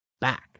back